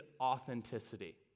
authenticity